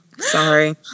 sorry